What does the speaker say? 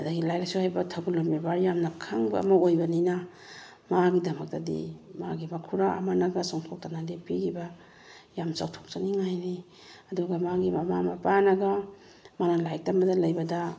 ꯑꯗꯒꯤ ꯂꯥꯏꯔꯤꯛ ꯂꯥꯏꯁꯨ ꯍꯩꯕ ꯊꯧꯒꯜꯂꯣꯟ ꯕꯦꯕꯥꯔ ꯌꯥꯝꯅ ꯈꯪꯕ ꯑꯃ ꯑꯣꯏꯕꯅꯤꯅ ꯃꯥꯒꯤꯗꯃꯛꯇꯗꯤ ꯃꯥꯒꯤ ꯃꯈꯨꯔꯥ ꯑꯃꯅꯒ ꯆꯣꯡꯊꯣꯛꯇꯅꯒ ꯂꯦꯞꯄꯤꯈꯤꯕ ꯌꯥꯝ ꯆꯥꯎꯊꯣꯛꯆꯅꯤꯡꯉꯥꯏꯅꯤ ꯑꯗꯨꯒ ꯃꯥꯒꯤ ꯃꯃꯥ ꯃꯄꯥꯅꯒ ꯃꯥꯅ ꯂꯥꯏꯔꯤꯛꯇꯝꯕꯗ ꯂꯩꯕꯗ